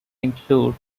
include